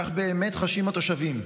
כך באמת חשים התושבים.